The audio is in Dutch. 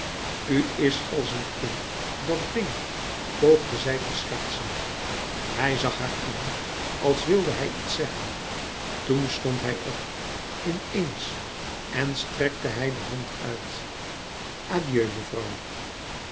is als een kind dat dwingt poogde zij te schertsen hij zag haar aan als wilde hij iets zeggen toen stond hij op in eens en strekte hij de hand uit adieu mevrouw